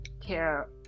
care